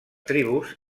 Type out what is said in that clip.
tribus